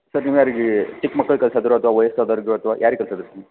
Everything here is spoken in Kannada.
ಸರ್ ನೀವು ಯಾರಿಗೆ ಚಿಕ್ಕ ಮಕ್ಳಿಗ್ ಕಲ್ಸದಾ ಅಥ್ವ ವಯ್ಸಾದವ್ರಿಗೋ ಅಥವಾ ಯಾರಿಗೆ ಕಲ್ಸಬೇಕು ನೀವು